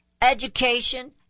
education